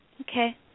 Okay